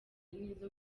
n’izo